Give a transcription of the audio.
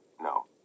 no